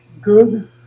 good